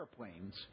airplanes